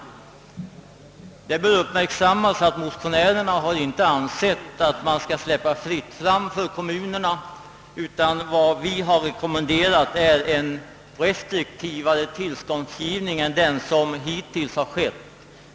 Det bör uppmärksammas att motionärerna inte har ansett att man skall släppa kommunerna fritt fram, utan vad vi har velat rekommendera är en restriktivare tillståndsgivning än den hittillsvarande.